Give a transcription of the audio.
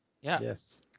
Yes